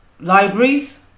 libraries